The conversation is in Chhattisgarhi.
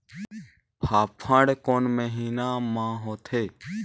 फाफण कोन महीना म होथे?